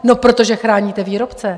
No protože chráníte výrobce.